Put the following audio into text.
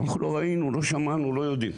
לא ראינו, לא שמענו, לא יודעים.